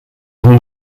and